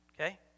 Okay